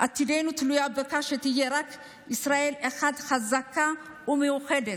עתידנו תלוי בכך שתהיה רק ישראל אחת חזקה ומאוחדת.